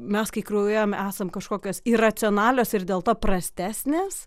mes kai kraujyje esam kažkokios iracionalios ir dėl to prastesnės